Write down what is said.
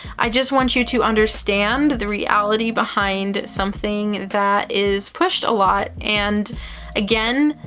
i just want you to understand the reality behind something that is pushed a lot. and again,